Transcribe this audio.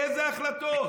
לאיזה החלטות?